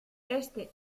este